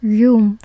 room